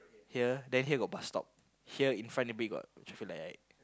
here then here got bus stop here in front a bit got traffic light